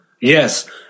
Yes